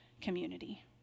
community